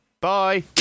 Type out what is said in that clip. Bye